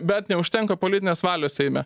bet neužtenka politinės valios seime